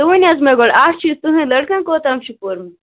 تُہۍ ؤنِو حظ مےٚ گۄڈٕ اَکھ چیٖز تُہٕنٛدۍ لٔڑکَن کوتام چھُ پوٚرمُت